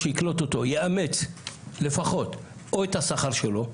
שיקלוט אותו יאמץ לפחות או את השכר שלו,